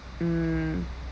mm